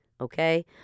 okay